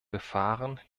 befahren